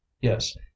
yes